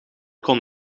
kon